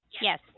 Yes